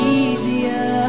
easier